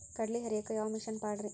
ಕಡ್ಲಿ ಹರಿಯಾಕ ಯಾವ ಮಿಷನ್ ಪಾಡ್ರೇ?